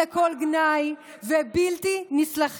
איך את אומרת "שמד" עם מה שקורה בממשלה הזו?